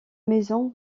maison